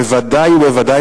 בוודאי ובוודאי,